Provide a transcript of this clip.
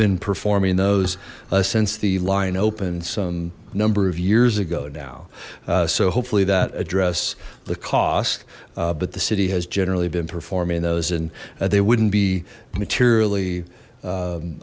been performing those since the line opened some number of years ago now so hopefully that address the cost but the city has generally been performing those and they wouldn't be materially u